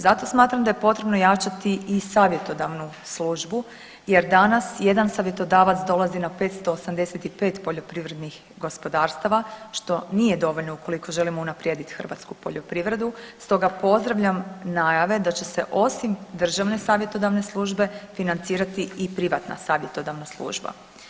Zato smatram da je potrebno jačati i savjetodavnu službu, jer danas jedan savjetodavac dolazi na 585 poljoprivrednih gospodarstava, što nije dovoljno ukoliko želimo unaprijediti hrvatsku poljoprivredu, stoga pozdravljam najave da će se osim državne Savjetodavne službe financirati i privatna savjetodavna služba.